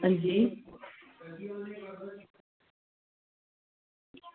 अंजी